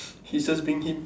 he's just being him